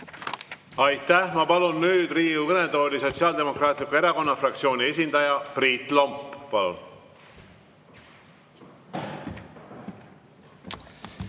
Aitäh! Ma palun nüüd Riigikogu kõnetooli Sotsiaaldemokraatliku Erakonna fraktsiooni esindaja Priit Lombi.